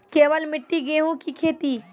केवल मिट्टी गेहूँ की खेती?